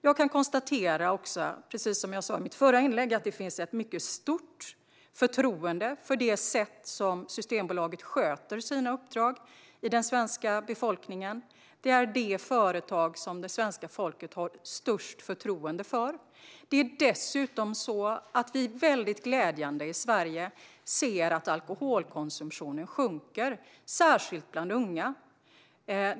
Jag kan konstatera, precis som jag sa i mitt förra inlägg, att det finns ett mycket stort förtroende hos den svenska befolkningen för det sätt som Systembolaget sköter sina uppdrag på. Det är det företag som den svenska befolkningen har störst förtroende för. Det är dessutom så att vi i Sverige ser, vilket är väldigt glädjande, att alkoholkonsumtionen sjunker, särskilt bland unga.